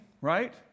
right